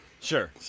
Sure